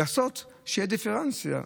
לעשות שתהיה דיפרנציאציה,